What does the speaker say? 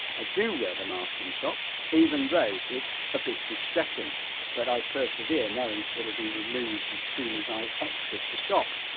i do wear the mask in shops, even though it's a bit distressing but i persevere knowing it will be removed as soon as i exit the shop.